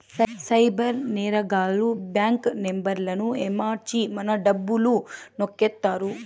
cyber నేరగాళ్లు bank నెంబర్లను ఏమర్చి మన డబ్బులు నొక్కేత్తారు